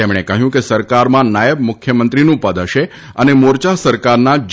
તેમણે કહ્યું કે સરકારમાં નાયબ મુખ્યમંત્રીનું પદ હશે અને મોરચા સરકારના જે